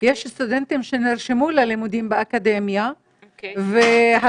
יש סטודנטים שנרשמו ללימודים באקדמיה והתנאי